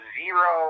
zero